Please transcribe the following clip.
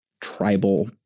tribal